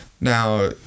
Now